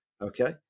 Okay